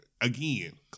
again